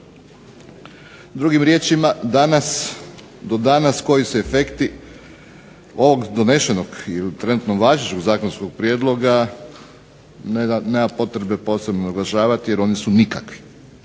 Drugim riječima, do danas koji su efekti ovog trenutno važećeg Zakonskog prijedloga, nema potrebne naglašavati jer oni su nikakvi.